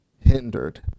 hindered